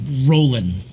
rolling